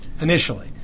initially